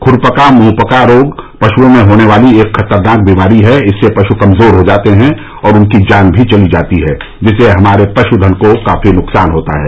खुरपका मुंहपका रोग पशुओं में होने वाली एक खतरनाक बीमारी है इससे पशु कमजोर हो जाते हैं और उनकी जान भी चली जाती है जिससे हमारे पशुधन को काफी नुकसान होता है